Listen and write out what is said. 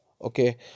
okay